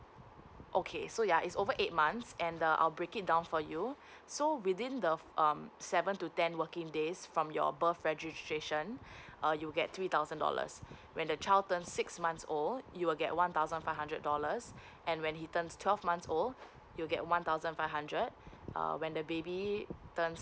okay so ya it's over eight months and the I'll break it down for you so within the of um seven to ten working days from your birth registration uh you get three thousand dollars when the child turn six months old you will get one thousand five hundred dollars and when he turns twelve months old you get one thousand five hundred uh when the baby turns